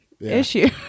issue